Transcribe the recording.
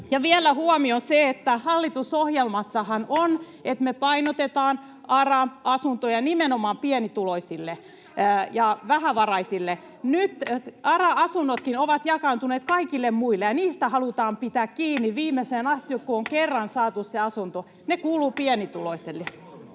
Vielä huomio: Hallitusohjelmassahan on, että me painotetaan ARA-asuntoja nimenomaan pienituloisille ja vähävaraisille. Nyt ARA-asunnotkin ovat jakaantuneet kaikille muille, ja niistä halutaan pitää kiinni viimeiseen asti, kun on kerran saatu se asunto. [Puhemies